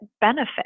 benefit